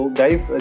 guys